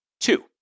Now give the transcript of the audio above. Two